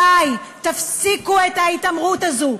די, תפסיקו את ההתעמרות הזאת,